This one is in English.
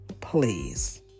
please